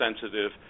sensitive